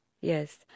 yes